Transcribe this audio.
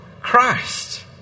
Christ